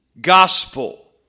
gospel